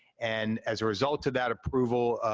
and as a result to that approval,